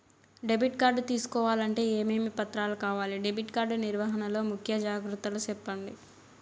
Debit card తీసుకోవాలంటే ఏమేమి పత్రాలు కావాలి? డెబిట్ కార్డు నిర్వహణ లో ముఖ్య జాగ్రత్తలు సెప్పండి?